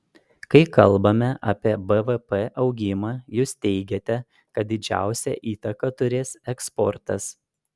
kai kalbame apie bvp augimą jūs teigiate kad didžiausią įtaką turės eksportas